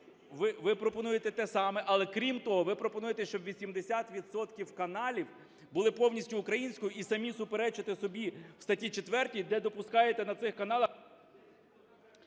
Ви пропонуєте те саме, але крім того ви пропонуєте, щоб 80 відсотків каналів були повністю українською і самі суперечите собі в статті 4, де допускаєте на цих каналах…